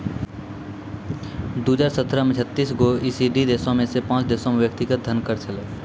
दु हजार सत्रह मे छत्तीस गो ई.सी.डी देशो मे से पांच देशो पे व्यक्तिगत धन कर छलै